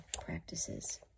practices